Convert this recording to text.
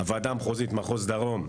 הוועדה המחוזית מחוז דרום,